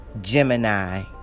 Gemini